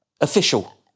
official